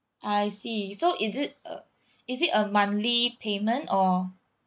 I see so is it a is it a monthly payment or